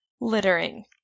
littering